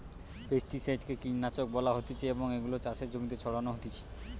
pesticide কে কীটনাশক বলা হতিছে এবং এগুলো চাষের জমিতে ছড়ানো হতিছে